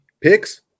picks